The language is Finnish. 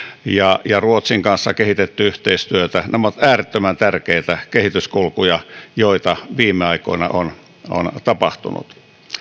ja ja ruotsin kanssa on kehitetty yhteistyötä nämä ovat äärettömän tärkeitä kehityskulkuja joita viime aikoina on on tapahtunut